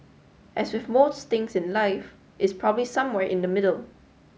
as with most things in life it's probably somewhere in the middle